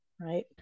right